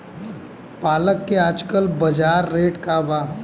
पालक के आजकल बजार रेट का बा?